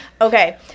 Okay